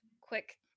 quick